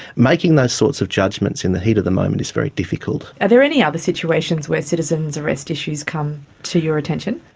making those sorts of judgements in the heat of the moment is very difficult. are there any other situations where citizen's arrest issues come to your attention?